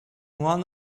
one